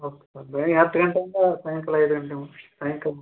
okay sir ಬೆಳಿಗ್ಗೆ ಹತ್ತು ಗಂಟೆಯಿಂದ ಸಾಯಂಕಾಲ ಐದು ಗಂಟೆಗೆ ಸಾಯಂಕಾಲ